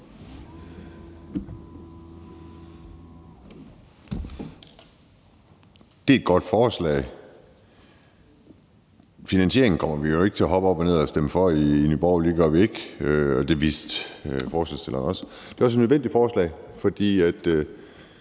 Det er et godt forslag. Finansieringen kommer vi i Nye Borgerlige jo ikke til at hoppe op og ned af og stemme for. Det gør vi ikke, og det vidste forslagsstillerne også. Det er også et nødvendigt forslag, for på